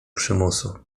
przymusu